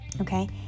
okay